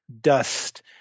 dust